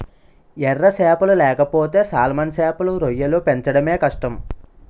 ఎర సేపలు లేకపోతే సాల్మన్ సేపలు, రొయ్యలు పెంచడమే కష్టం